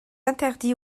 interdit